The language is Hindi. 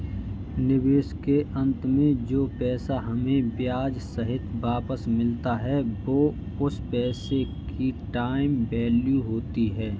निवेश के अंत में जो पैसा हमें ब्याह सहित वापस मिलता है वो उस पैसे की टाइम वैल्यू होती है